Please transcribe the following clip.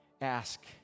ask